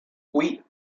oui